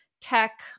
Tech